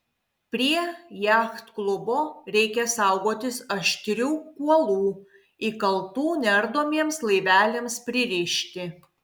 prie jachtklubo reikia saugotis aštrių kuolų įkaltų neardomiems laiveliams pririšti